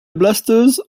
blasters